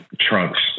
trunks